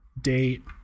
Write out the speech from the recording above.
date